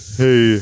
hey